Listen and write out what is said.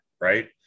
Right